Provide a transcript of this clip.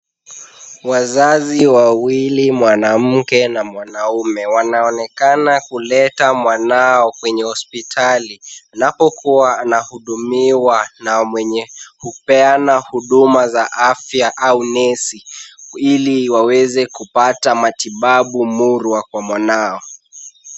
Wazazi wawili, mwanamke na mwanaume wanaonekana kuleta mwanao kwenye hospitali anapokuwa anahudumiwa na mwenye kupeana huduma za afya au nesi ili waweze kupata matibabu murwa kwa mwanao.